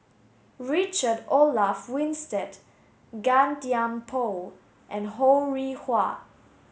Richard Olaf Winstedt Gan Thiam Poh and Ho Rih Hwa